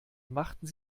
machten